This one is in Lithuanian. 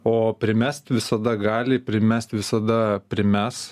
o primest visada gali primest visada primes